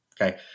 Okay